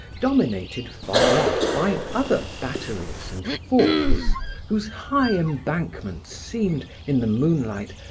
dominated far off by other batteries and forts whose high embankments seemed, in the moonlight,